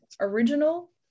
original